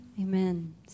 Amen